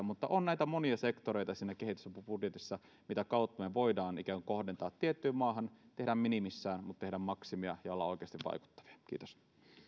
mutta on näitä monia sektoreita siinä kehitysapubudjetissa mitä kautta me voisimme kohdentaa tiettyyn maahan ja tehdä minimissä mutta tehdä maksimia ja olla oikeasti vaikuttavia kiitos